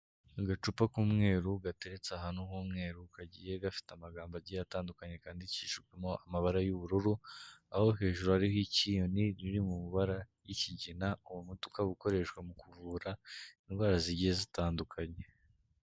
Agacupa k'umweru gateretse ahantu h'umweru kagiye gafite amagambo agiye atandukanye kandikishijwemo amabara y'ubururu, aho hejuru hariho icyiyoni riri mu mabara y'ikigina uwo muti ukaba ukoreshwa mu kuvura indwara zigiye zitandukanye.